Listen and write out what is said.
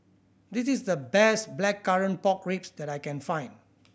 this is the best Blackcurrant Pork Ribs that I can find